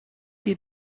dir